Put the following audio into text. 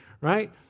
right